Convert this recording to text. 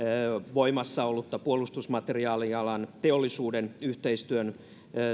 voimassa ollutta puolustusmateriaalialan teollisuuden yhteistyön